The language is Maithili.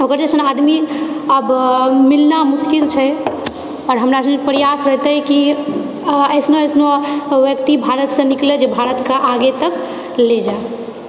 ओकर जैसन आदमी आब मिलना मुश्किल छै और हमरा सुनि प्रयास रहतै कि ऐसनो ऐसनो व्यक्ति भारतसँ निकलै जे भारतकऽ आगे तक ले जाए